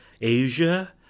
Asia